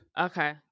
Okay